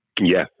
Yes